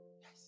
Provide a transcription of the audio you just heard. Yes